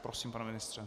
Prosím, pane ministře.